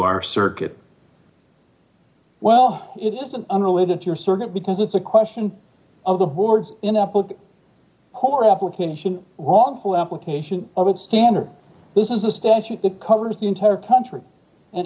our circuit well it isn't unrelated to your circuit because it's a question of the board's in apple core application wrongful application of a standard this is a statute that covers the entire country and